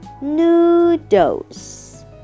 noodles